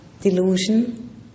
delusion